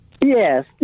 Yes